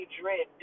dread